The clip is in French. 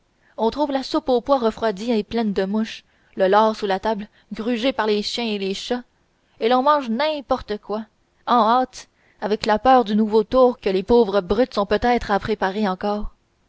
on trouve la soupe aux pois refroidie et pleine de mouches le lard sous la table grugé par les chiens et les chats et l'on mange n'importe quoi en hâte avec la peur du nouveau tour que les pauvres brutes sont peut-être à préparer encore